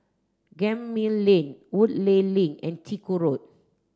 Gemmill Lane Woodleigh Link and Chiku Road